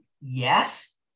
yes